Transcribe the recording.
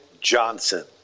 Johnson